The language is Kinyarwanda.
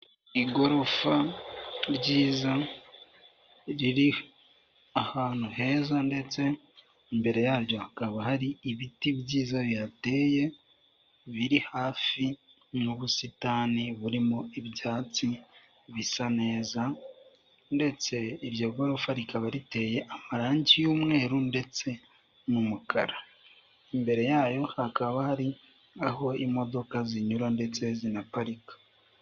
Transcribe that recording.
Igorofa ryiza riri ahantu heza ndetse imbere yaryo hakaba hari ibiti byiza biteye biri hafi n'ubusitani burimo ibyatsi bisa neza ndetse iryo gorofa rikaba riteye amarangi y'umweru ndetse n'umukara imbere yayo hakaba hari aho imodoka zinyura ndetse zinaparika.